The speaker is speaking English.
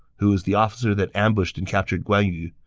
who was the officer that ambushed and captured guan yu.